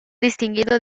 distinguido